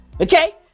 Okay